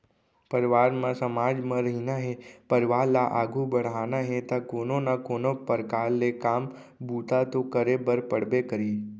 परवार म समाज म रहिना हे परवार ल आघू बड़हाना हे ता कोनो ना कोनो परकार ले काम बूता तो करे बर पड़बे करही